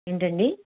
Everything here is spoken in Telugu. ఏంటండి